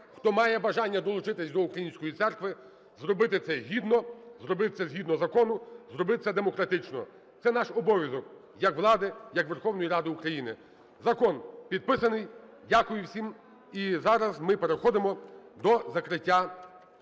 хто має бажання долучитись до української церкви, зробити це гідно, зробити це згідно закону, зробити це демократично. Це наш обов'язок як влади, як Верховної Ради України. Закон підписаний. Дякую всім. І зараз ми переходимо до закриття